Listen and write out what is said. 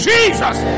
Jesus